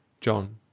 john